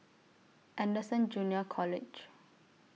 Anderson Junior College